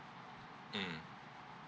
mm